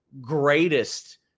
greatest